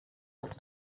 als